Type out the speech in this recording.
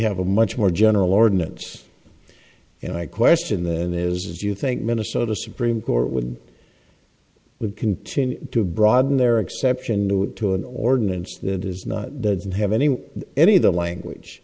have a much more general ordinance and i question then is you think minnesota supreme court would would continue to broaden their exception to an ordinance that is not doesn't have any any of the language